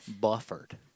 buffered